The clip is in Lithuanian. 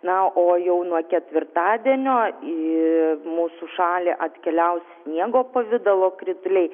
na o jau nuo ketvirtadienio į mūsų šalį atkeliaus sniego pavidalo krituliai